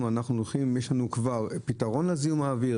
יש לנו כבר פתרון לזיהום האוויר,